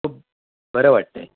खूप बरं वाटतं आहे